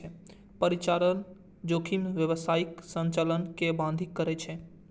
परिचालन जोखिम व्यावसायिक संचालन कें बाधित करै छै